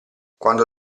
quando